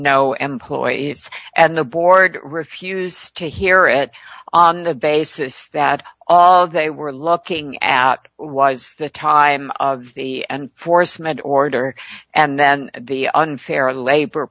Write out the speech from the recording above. no employees and the board refused to hear it on the basis that they were looking at was the time of the and foresman order and then the unfair labor